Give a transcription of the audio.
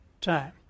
time